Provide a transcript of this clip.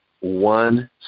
one